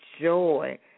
joy